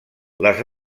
les